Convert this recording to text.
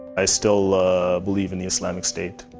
i still ah believe in the islamic state.